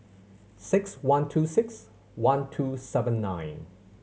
six one two six one two seven nine